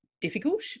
difficult